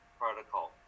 protocol